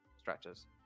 stretches